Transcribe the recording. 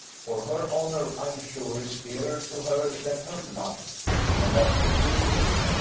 for her honour, i am sure, is dearer to her than her blood and, as to ill-will,